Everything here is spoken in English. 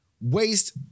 waste